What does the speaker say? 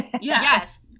Yes